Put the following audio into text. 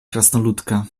krasnoludka